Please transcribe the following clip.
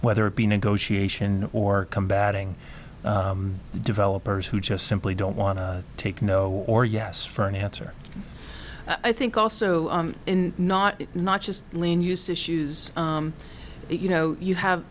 whether it be negotiation or combating developers who just simply don't want to take no or yes for an answer i think also not not just lynn use issues that you know you have